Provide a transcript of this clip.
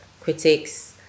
critics